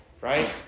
Right